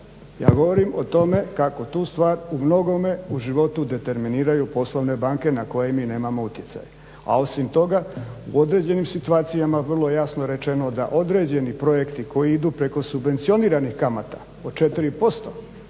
ja govorim o tome kako tu stvar u mnogome u životu determiniraju poslovne banke na koje mi nemamo utjecaja. A osim toga u određenim situacijama vrlo je jasno rečeno da određeni projekti koji idu preko subvencioniranih kamata od 4%,